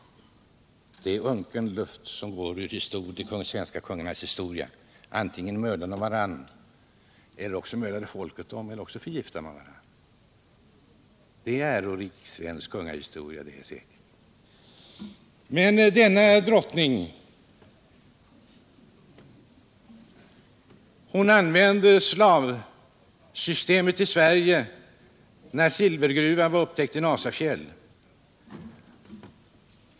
Det är en unken luft som kommer ur de svenska kungarnas historia. Antingen mördar de varandra eller också mördar folket dem eller också förgiftar de varandra. Det är ärorik svensk kungahistoria, det. Drottning Kristina använde slavsystemet i Sverige när silvergruvan upptäcktes i Nasafjäll.